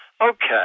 okay